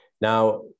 Now